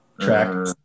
track